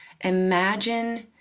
imagine